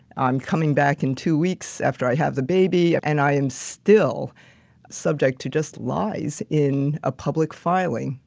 i'm coming back in two weeks after i have the baby and i am still subject to just lies in a public filing.